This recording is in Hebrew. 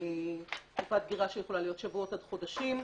זו תקופת דגירה יכולה להיות שבועות עד חודשים.